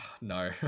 No